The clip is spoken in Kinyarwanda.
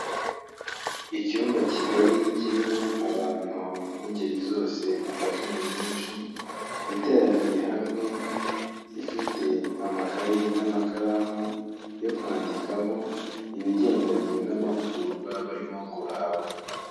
Icyumba kigari kirimo abantu b'ingeri zose imbaga nyamwinshi, iteraniye hamwe, ifite amakaye n'amakaramu yo kwandikamo ibigendanye n'amahugurwa barimo guhabwa.